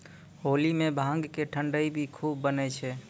होली मॅ भांग के ठंडई भी खूब बनै छै